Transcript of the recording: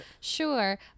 sure